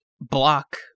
block